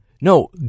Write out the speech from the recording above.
No